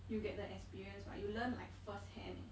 you get the experience [what] you learn like first hand eh